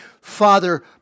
Father